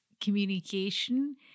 communication